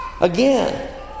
Again